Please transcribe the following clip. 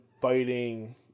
fighting